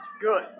good